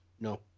No